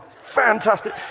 Fantastic